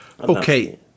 Okay